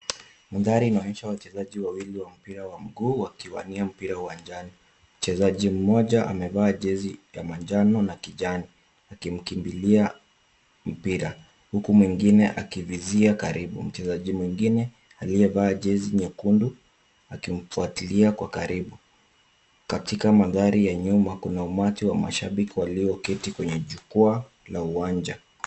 Mandhari inaonyesha wachezaji wawili wa mpira wa miguu wakiwania mpira uwanjani. Mchezaji mmoja amevaa jezi ya manjano na kijani akiukimbilia mpira, huku mwingine akivizia karibu. Mchezaji mwingine aliyevaa jezi nyekundu akimfuatilia kwa karibu. Katika mandhari ya nyuma, kuna umati wa mashabiki walioketi kwenye jukwaa la uwanja.